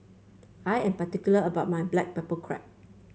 I am particular about my Black Pepper Crab